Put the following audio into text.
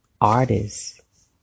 Artists